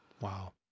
Wow